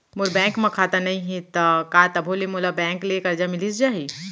मोर bank म खाता नई हे त का तभो ले मोला बैंक ले करजा मिलिस जाही?